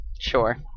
Sure